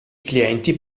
clienti